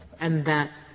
and that